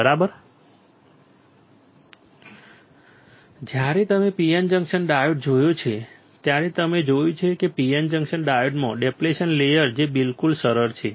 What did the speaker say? બરાબર જ્યારે તમે PN જંકશન ડાયોડ જોયો છે ત્યારે તમે જોયું છે કે PN જંકશન ડાયોડમાં ડેપ્લેશન લેયર છે જે બિલકુલ સરળ છે